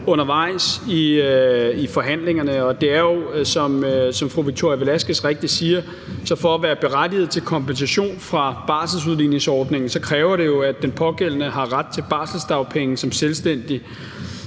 undervejs i forhandlingerne. Det er jo sådan, som fru Victoria Velasquez rigtigt siger, at for at være berettiget til kompensation fra barselsudligningsordningen kræver det jo, at den pågældende har ret til barselsdagpenge som selvstændig,